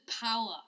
power